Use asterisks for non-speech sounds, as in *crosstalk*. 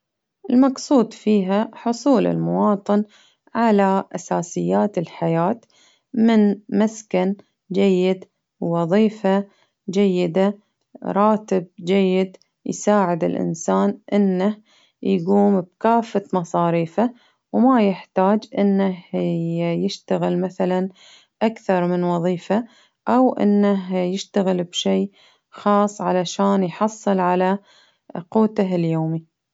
المقصود فيها حصول المواطن على أساسيات الحياة، من مسكن ،جيد وظيفة جيدة، راتب جيد، يساعد الإنسان إنه يجوم بكافة مصاريفه، وما يحتاج إنهي- يشتغل مثلا أكثر من وظيفة، أو إنه *hesitation* يشتغل بشيء خاص، علشان يحصل على قوته اليومي.